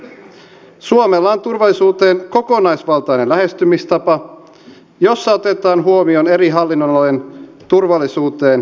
suomella on turvallisuuteen kokonaisvaltainen lähestymistapa jossa otetaan huomioon eri hallinnonalojen turvallisuuteen liittyvät toimet